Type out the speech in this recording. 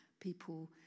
people